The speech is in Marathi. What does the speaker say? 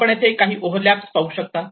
आपण येथे काही ओव्हरलॅप पाहू शकता